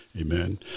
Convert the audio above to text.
Amen